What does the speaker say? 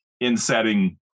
in-setting